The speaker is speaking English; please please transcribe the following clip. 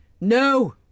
No